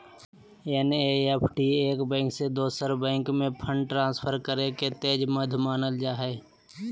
NEFT एक bank से दोसर बैंक में फंड ट्रांसफर करे के तेज माध्यम मानल जा हय